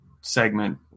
segment